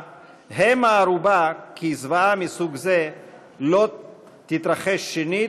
הם הערובה כי זוועה מסוג זה לא תתרחש שנית,